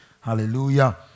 Hallelujah